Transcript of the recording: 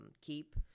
keep